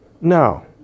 No